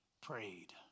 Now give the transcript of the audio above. prayed